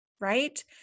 right